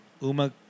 Uma